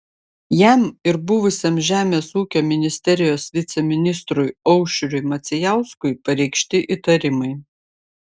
jam ir buvusiam žemės ūkio ministerijos viceministrui aušriui macijauskui pareikšti įtarimai